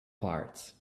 parts